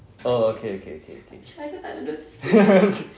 oh okay okay okay okay